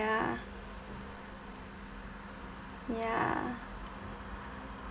ya